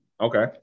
Okay